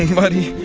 yeah buddy.